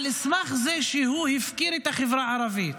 על סמך זה שהוא הפקיר את החברה הערבית,